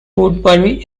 woodbury